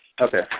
Okay